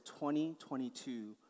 2022